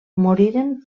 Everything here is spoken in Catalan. moriren